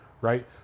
Right